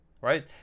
right